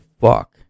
fuck